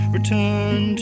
Return